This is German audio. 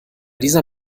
dieser